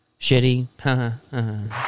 shitty